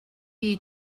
you